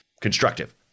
constructive